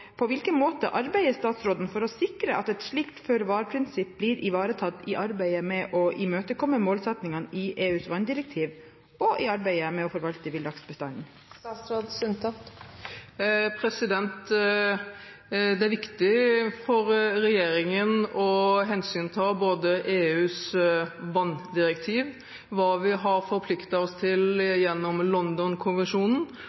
på hvilken måte arbeider statsråden for å sikre at et slikt føre-var-prinsipp blir ivaretatt i arbeidet med å imøtekomme målsettingene i EUs vanndirektiv og i arbeidet med å forvalte villaksbestanden? Det er viktig for regjeringen å hensynta både EUs vanndirektiv, og hva vi har forpliktet oss til gjennom Londonkonvensjonen.